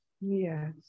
Yes